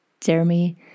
Jeremy